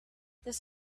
this